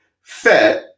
fat